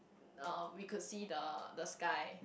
uh we could see the the sky